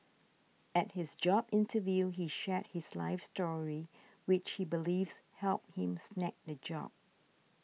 at his job interview he shared his life story which he believes helped him snag the job